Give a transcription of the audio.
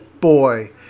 Boy